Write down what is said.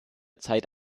zeit